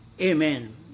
Amen